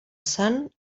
sant